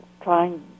trying